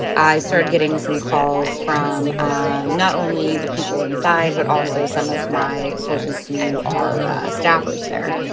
i started getting some calls from um not only the people inside, but also some of my sources who are staffers there.